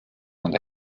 und